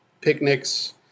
picnics